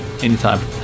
anytime